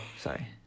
sorry